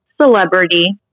celebrity